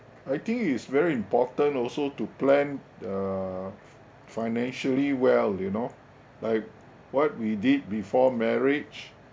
I think it's very important also to plan uh financially well you know like what we did before marriage